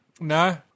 no